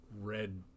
red